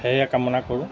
সেয়ে কামনা কৰোঁ